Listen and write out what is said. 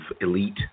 elite